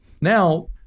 Now